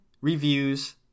reviews